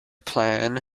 plan